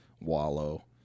wallow